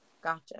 gotcha